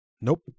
Nope